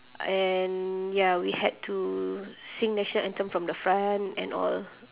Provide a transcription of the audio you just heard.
and ya we had to sing national anthem from the front and all